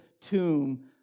tomb